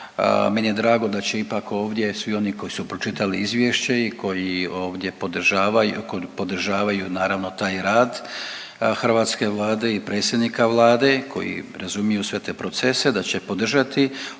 meni je drago da će ipak ovdje svi oni koji su pročitali izvješće i koji ovdje podržavaju naravno taj rad hrvatske Vlade i predsjednika Vlade koji razumiju sve te procese da će podržati ovo